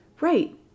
Right